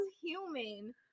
human